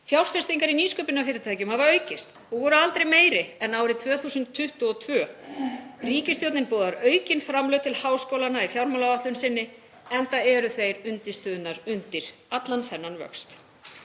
Fjárfestingar í nýsköpunarfyrirtækjum hafa aukist og voru aldrei meiri en árið 2022. Ríkisstjórnin boðar aukin framlög til háskólanna í fjármálaáætlun sinni, enda eru þeir undirstöðurnar undir allan þennan vöxt.